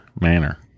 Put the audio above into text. manner